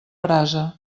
brasa